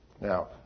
Now